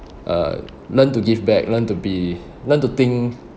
uh learn to give back learn to be learn to think